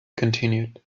continued